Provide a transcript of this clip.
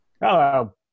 Hello